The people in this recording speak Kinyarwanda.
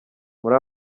muri